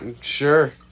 Sure